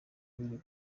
biri